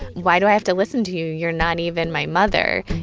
why do i have to listen to you? you're not even my mother.